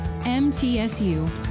MTSU